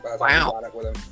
Wow